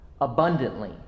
abundantly